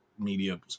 Media